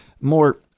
more